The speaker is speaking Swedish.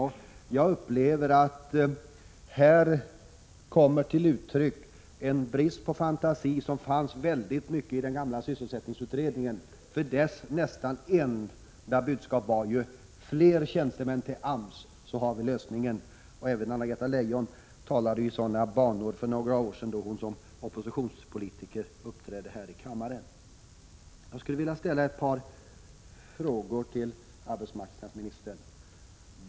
Enligt min uppfattning kommer det här till uttryck samma brist på fantasi som det fanns väldigt mycket av i den gamla sysselsättningsutredningen. Dess nästan enda budskap var ju: ”Fler tjänster till AMS, så har vi lösningen.” Även Anna-Greta Leijon talade i sådana termer för några år sedan då hon uppträdde här i kammaren som oppositionspolitiker.